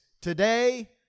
today